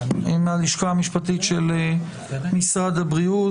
נשמע את נציגי החברה האזרחית שטרחו ובאו,